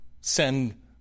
send